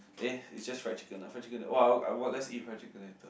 eh it's just fried chicken ah !wah! I want let's eat fried chicken later